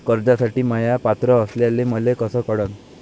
कर्जसाठी म्या पात्र असल्याचे मले कस कळन?